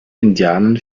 indianern